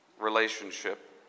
relationship